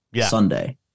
Sunday